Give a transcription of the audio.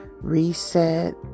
reset